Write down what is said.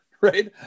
right